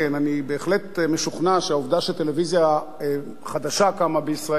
אני בהחלט משוכנע שהעובדה שטלוויזיה חדשה קמה בישראל,